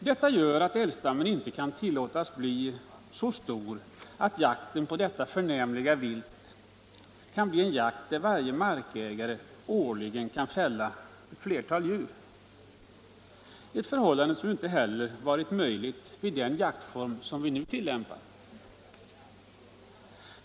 Detta gör att älgstammen inte kan tillåtas bli så stor att jakten på detta förnämliga vilt kan bli en jakt, där varje markägare årligen kan fälla ett flertal djur — ett förhållande som ju inte heller har varit möjligt med den jaktform vi nu tillämpar.